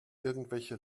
irgendwelche